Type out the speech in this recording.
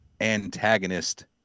antagonist